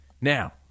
Now